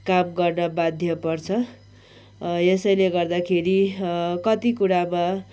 काम गर्न बाध्य पर्छ यसैले गर्दाखेरि कति कुरामा